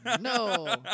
No